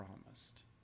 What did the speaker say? promised